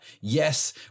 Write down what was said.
Yes